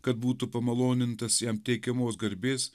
kad būtų pamalonintas jam teikiamos garbės